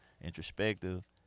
introspective